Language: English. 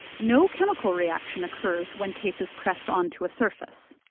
no chemical reaction occurs when tape is pressed onto a surface.